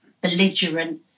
belligerent